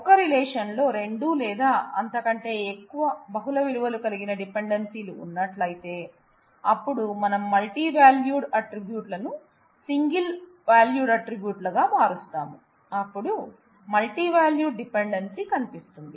ఒక రిలేషన్ లో రెండు లేదా అంతకంటే ఎక్కువ బహుళ విలువ కలిగిన డిపెండెన్సీలు ఉన్నట్లయితే అప్పుడు మనం మల్టీవాల్యూడ్ ఆట్రిబ్యూట్ లను సింగిల్ వాల్యూడ్ ఆట్రిబ్యూట్ లుగా మారుస్తాం అప్పుడు మల్టీ వాల్యూడ్ డిపెండెన్సీ కనిపిస్తుంది